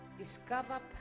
Discover